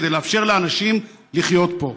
כדי לאפשר לאנשים לחיות פה.